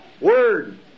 Word